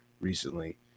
recently